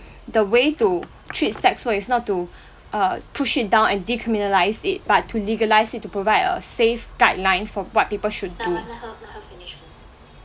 the way to treat sex work is not to uh push it down and decriminalise it but to legalise it to provide a safe guideline for what people should do